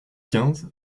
quinze